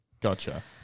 Gotcha